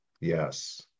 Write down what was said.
Yes